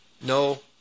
No